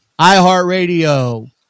iHeartRadio